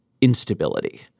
instability